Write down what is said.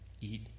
Eat